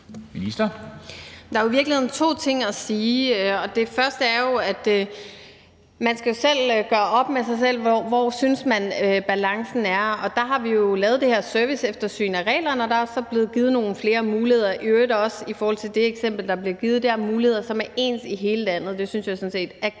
Der er jo i virkeligheden to ting at sige om det. Den første er, at man skal gøre op med sig selv, hvor man synes balancen er. Der har vi jo lavet det her serviceeftersyn af reglerne, og der er så blevet givet nogle flere muligheder – det gælder i øvrigt også det eksempel, der blev givet – og det er muligheder, der er ens i hele landet. Det synes jeg sådan set er ganske